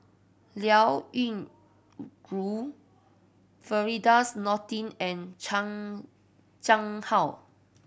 Liao Yingru Firdaus Nordin and Chan Chang How